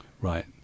Right